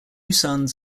sons